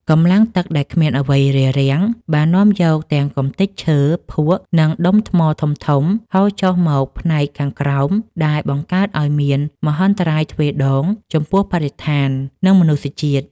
កម្លាំងទឹកដែលគ្មានអ្វីរារ៉ាំង បាននាំយកទាំងកម្ទេចឈើ ភក់ និងដុំថ្មធំៗហូរចុះមកផ្នែកខាងក្រោម ដែលបង្កើតឱ្យមានមហន្តរាយទ្វេដងចំពោះបរិស្ថាន និងមនុស្សជាតិ។